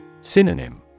Synonym